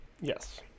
Yes